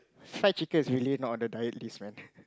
fried chicken is really not on the diet list man